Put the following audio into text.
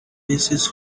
basis